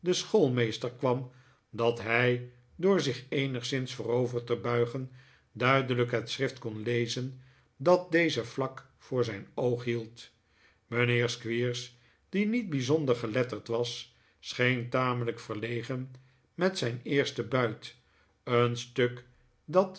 den schoolmeester kwam dat hij door zich eenigszins voorover te buigen duidelijk het schrift kon lezen dat deze vlak voor zijn oog hield mijnheer squeers die niet bijzonder geletterd was scheen tamelijk verlegen met zijn eersten buit een stuk dat